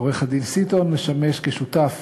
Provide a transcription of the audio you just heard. עורך-הדין סיטון משמש כשותף